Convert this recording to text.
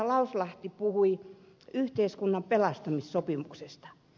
lauslahti puhui yhteiskunnan pelastamissopimuksesta